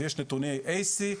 אז יש נתוני AC,